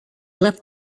left